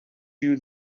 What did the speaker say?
you